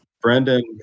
Brendan